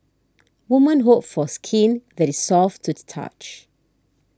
women hope for skin that is soft to the touch